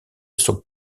sont